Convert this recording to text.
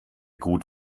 gut